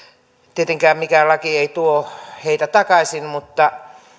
tietenkään mikään laki ei tuo heitä takaisin mutta